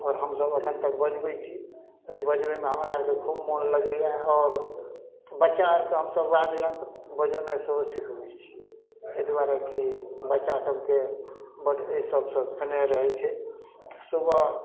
आओर हमसब अखन तक बजबै छी एहि बजबैमे हमरा आरके खूब मोन लगैया आओर बच्चा आरके हमसब वाद्ययंत्र बजोनाइ सेहो सिखबै छी एहि दुआरे की बच्चा सबके बड एहि सबसँ स्नेह रहै छै सुबह